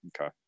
Okay